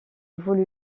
volume